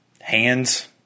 hands